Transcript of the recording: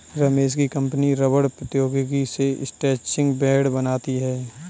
रमेश की कंपनी रबड़ प्रौद्योगिकी से स्ट्रैचिंग बैंड बनाती है